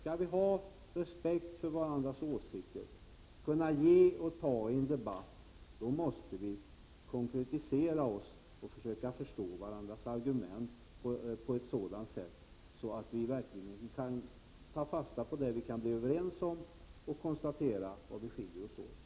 Skall vi ha respekt för varandras åsikter, kunna ge och ta i en debatt, måste vi konkretisera oss och försöka förstå varandras argument, så att vi verkligen kan ta fasta på det vi kan bli överens om och konstatera i vilka avseenden vi skiljer oss åt.